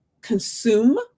consume